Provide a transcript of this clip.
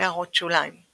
הערות שוליים ==